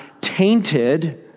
tainted